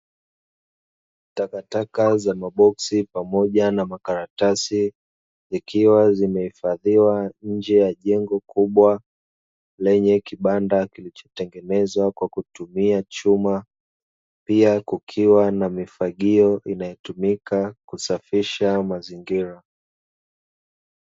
Takataka za maboksi pamoja na makaratasi, zikiwa zimehifadhiwa nje ya jengo kubwa lenye kibanda kilichotengenezwa kwa kutumia chuma pia kukiwa na mifagio inayotumika kusafisha mazingira.